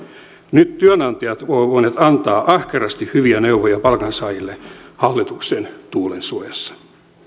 nyt työnantajat ovat voineet antaa ahkerasti hyviä neuvoja palkansaajille hallituksen tuulensuojassa